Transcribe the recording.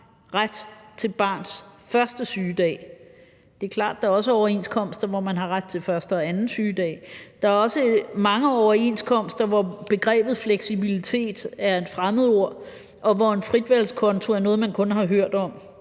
ret til barns første sygedag. Det er klart, at der også er overenskomster, hvor man har ret til første og anden sygedag. Der er også mange overenskomster, hvor begrebet fleksibilitet er et fremmedord, og hvor en fritvalgskonto er noget, man kun har hørt om.